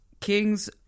kings